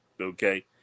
Okay